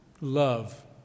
Love